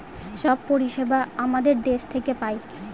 সব পরিষেবা আমাদের দেশ থেকে পায়